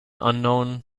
unknown